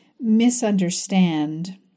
misunderstand